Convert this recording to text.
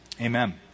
Amen